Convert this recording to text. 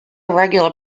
regular